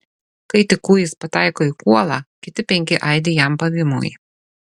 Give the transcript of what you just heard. kai tik kūjis pataiko į kuolą kiti penki aidi jam pavymui